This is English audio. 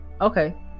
Okay